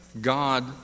God